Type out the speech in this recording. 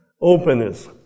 Openness